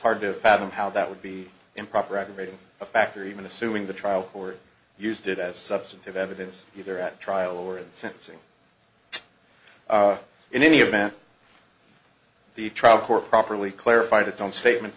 hard to fathom how that would be improper aggravating factor even assuming the trial court used it as substantive evidence either at trial or in sentencing in any event the trial court properly clarified its own statements